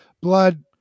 blood